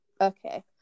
Okay